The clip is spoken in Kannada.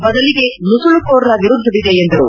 ಬದಲಿಗೆ ನುಸುಳುಕೋರರ ವಿರುದ್ದವಿದೆ ಎಂದರು